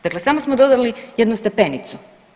Dakle, samo smo dodali jednu stepenicu.